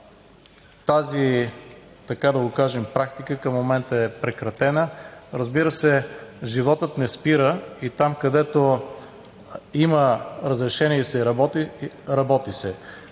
публикации, но тази практика към момента е прекратена. Разбира се, животът не спира и там, където има разрешение и се работи, се